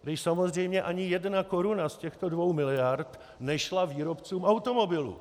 Když samozřejmě ani jedna koruna z těchto dvou miliard nešla výrobcům automobilů.